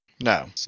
no